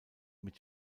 mit